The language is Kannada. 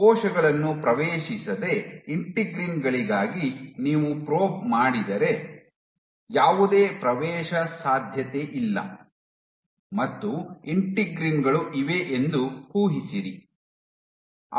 ಕೋಶಗಳನ್ನು ಪ್ರವೇಶಿಸದೆ ಇಂಟಿಗ್ರೀನ್ ಗಳಿಗಾಗಿ ನೀವು ಪ್ರೋಬ್ ಮಾಡಿದರೆ ಯಾವುದೇ ಪ್ರವೇಶಸಾಧ್ಯತೆ ಇಲ್ಲ ಮತ್ತು ಇಂಟಿಗ್ರೀನ್ ಗಳು ಇವೆ ಎಂದು ಊಹಿಸಿರಿ